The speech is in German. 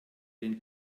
den